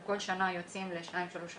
כל שנה אנחנו יוצאים לשתיים-שלוש הכשרות,